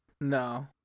No